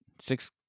six